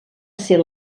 ser